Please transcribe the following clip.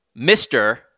Mr